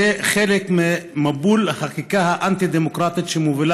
זה חלק ממבול החקיקה האנטי-דמוקרטית שמובילה